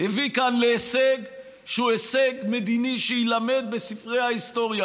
הביא כאן להישג שהוא הישג מדיני שיילמד בספרי ההיסטוריה.